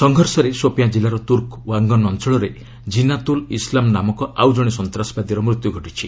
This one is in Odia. ସଂଘର୍ଷରେ ସୋପିଆଁ କିଲ୍ଲାର ତୂର୍କ ୱାଙ୍ଗନ୍ ଅଞ୍ଚଳରେ କିନାତୁଲ୍ ଇସ୍ଲାମ୍ ନାମକ ଆଉ ଜଣେ ସନ୍ତାସବାଦୀର ମୃତ୍ୟୁ ଘଟିଛି